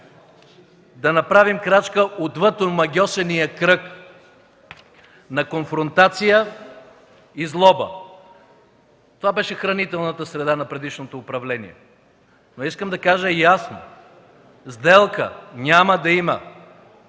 да направим крачка отвъд омагьосания кръг на конфронтация и злоба. Това беше хранителната среда на предишното управление. Искам да кажа ясно: сделка няма да има!